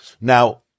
Now